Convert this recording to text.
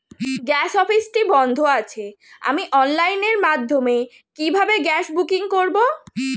Gas অফিসটি বন্ধ আছে আমি অনলাইনের মাধ্যমে কিভাবে গ্যাস বুকিং করব?